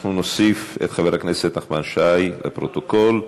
אנחנו נוסיף את חבר הכנסת נחמן שי לפרוטוקול.